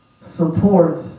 support